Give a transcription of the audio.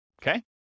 okay